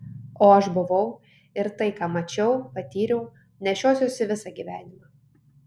o aš buvau ir tai ką mačiau patyriau nešiosiuosi visą gyvenimą